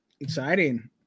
Exciting